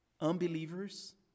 Unbelievers